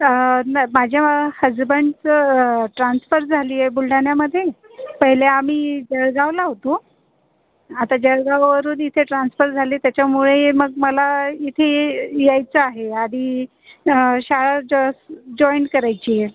अं नै माझ्या हसबंडचं ट्रान्सफर झालीय बुलढाण्यामधे पहिले आम्ही जळगावला होतो आता जळगावावरून इथे ट्रान्सफर झाली आहे त्याच्यामुळे मग मला इथे यायचं आहे आधी अं शाळा ज जॉइन करायची आहे